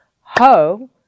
Ho